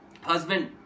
husband